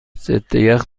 ضدیخ